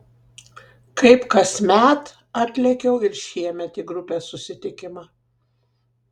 kaip kasmet atlėkiau ir šiemet į grupės susitikimą